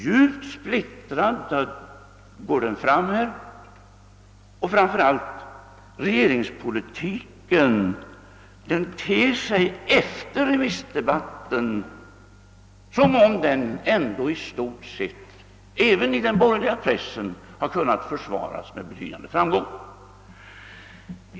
Djupt splittrad gick oppositionen fram, och regeringspolitiken ter sig även i den borgerliga pressen efter remissdebatten som om den ändå i stort sett har kunnat försvaras med betydande framgång.